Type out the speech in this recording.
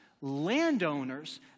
landowners